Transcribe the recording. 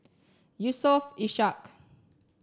Yusof Ishak